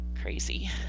Crazy